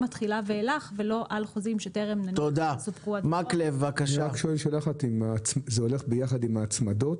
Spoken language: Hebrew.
התחילה ואילך ולא על חוזים שטרם --- האם זה הולך ביחד עם ההצמדות?